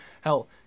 hell